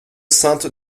saintes